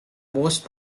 most